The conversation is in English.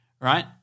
right